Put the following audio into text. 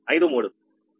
6153